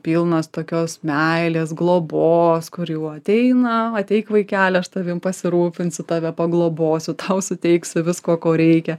pilnas tokios meilės globos kur jau ateina ateik vaikeli aš tavim pasirūpinsiu tave paglobosiu tau suteiksiu visko ko reikia